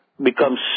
becomes